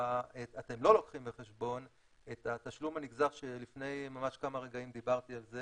אתם לא לוקחים בחשבון את התשלום הנגזר שלפני ממש כמה רגעים דיברתי על זה